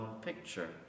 picture